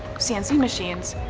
cnc machines,